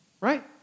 Right